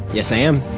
yes, i am.